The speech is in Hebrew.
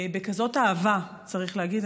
בכזאת אהבה, צריך להגיד.